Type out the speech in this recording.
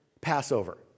Passover